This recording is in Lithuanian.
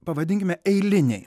pavadinkime eiliniai